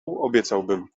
obiecałbym